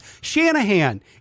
Shanahan